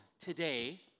today